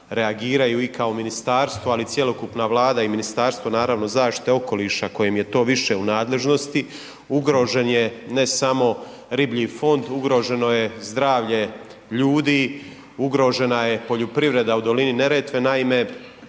reagiraju i kao ministarstvo, ali i cjelokupna Vlada i Ministarstvo, naravno, zaštite okoliša, kojem je to više u nadležnosti, ugrožen je ne samo riblji fond, ugroženo je zdravlje ljudi, ugrožena je poljoprivreda u dolini Neretve. Naime,